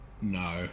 No